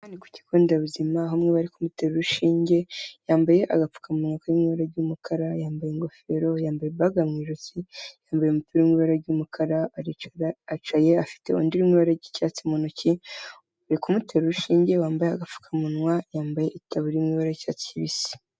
Aha ni ku Kigo Nderabuzima aho umwe bari kumutera urushinge, yambaye agapfukamunwa kari mu ibara ry'umukara, yambaye ingofero, yambaye baga mu ijosi, yambaye umupira uri mw'ibara ry'umukara, aricara aricaye afite undi uri mu ibara ry'icyatsi mu ntoki, uri kumutera urushinge wambaye agapfukamunwa, yambaye itaburiya iri mu imwe ibara ry'icyatsi kibisi.